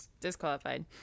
disqualified